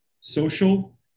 social